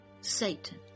Satan